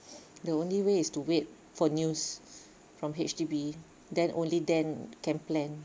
the only way is to wait for news from H_D_B then only then can plan